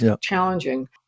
challenging